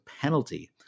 penalty